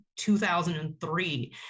2003